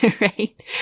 Right